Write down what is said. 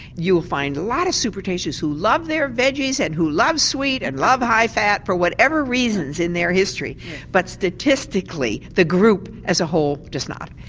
you'll find a lot of supertasters who love their vegies and who love sweet and love high fat for whatever reasons in their history but statistically the group as a whole does not.